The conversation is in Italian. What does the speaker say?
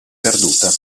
perduta